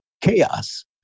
chaos